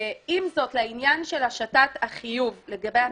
עם זאת, לעניין של השתת החיוב לגבי הצרכן,